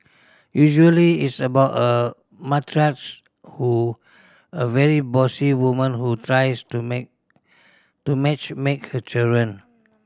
usually it's about a matriarch who a very bossy woman who tries to to match make her children